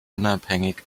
unabhängig